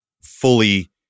fully